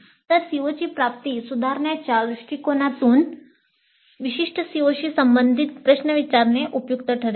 तर COची प्राप्ती सुधारण्याच्या दृष्टीकोनातून विशिष्ट COशी संबंधित प्रश्न विचारणे उपयुक्त ठरेल